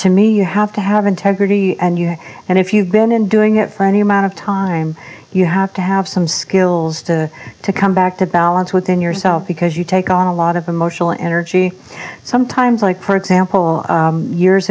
to me you have to have integrity and you and if you've been in doing it for any amount of time you have to have some skills to to come back to balance within yourself because you take on a lot of emotional energy sometimes like perk sample years